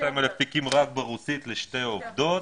ברוסית לשתי עובדות.